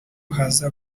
haza